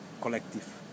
collective